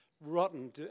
rotten